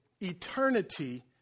eternity